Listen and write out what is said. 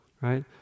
right